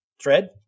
thread